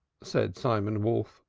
said simon wolf,